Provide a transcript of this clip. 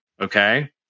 Okay